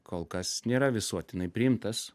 kol kas nėra visuotinai priimtas